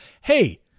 hey